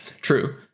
true